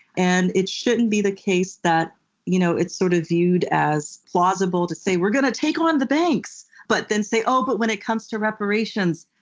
and it shouldn't be the case that you know it's sort of viewed as plausible to say, we're going to take on the banks, but then say, oh, but when it comes to reparations,